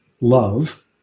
love